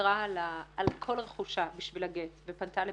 שוויתרה על כל רכושה בשביל הגט ופנתה לבג"ץ.